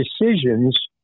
decisions